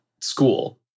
school